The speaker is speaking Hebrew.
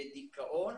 לדיכאון.